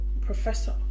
professor